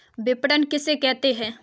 विपणन किसे कहते हैं?